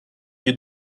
lieu